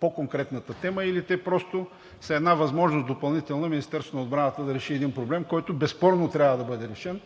по конкретната тема, или те са просто една допълнителна възможност Министерството на отбраната да реши един проблем, който безспорно трябва да бъде решен